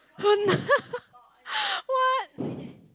oh no what